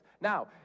Now